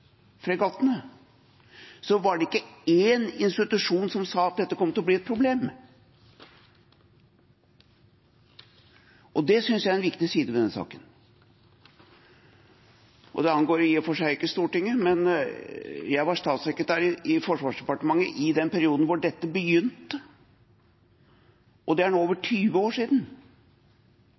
var det ikke én institusjon som sa at dette kom til å bli et problem. Det synes jeg er en viktig side ved denne saken. Det angår i og for seg ikke Stortinget, men jeg var statssekretær i Forsvarsdepartementet i den perioden da dette begynte. Det er nå over 20 år siden,